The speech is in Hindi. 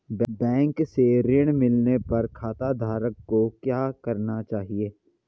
बैंक से ऋण मिलने पर खाताधारक को क्या करना चाहिए?